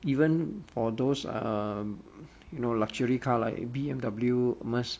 even for those um you know luxury car like B_M_W merc~